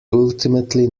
ultimately